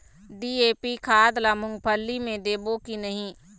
DAP खाद ला मुंगफली मे देबो की नहीं?